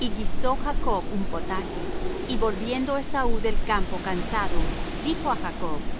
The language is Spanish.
y guisó jacob un potaje y volviendo esaú del campo cansado dijo á jacob